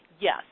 yes